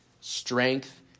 strength